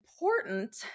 important